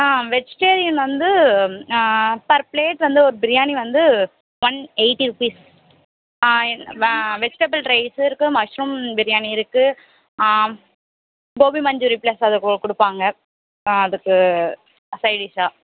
ஆ vegetarian வந்து per plate வந்து ஒரு பிரியாணி வந்து one eighty rupees vegetable rice இருக்குது மஷ்ரூம் பிரியாணி இருக்குது கோபி மஞ்சூரியன் ப்ளஸ் அது கொடுப்பாங்க அதுக்கு சைடிஷாக